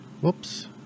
Whoops